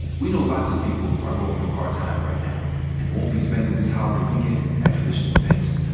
we know lots of people are going through hard times right now and won't be spending this holiday weekend at traditional events.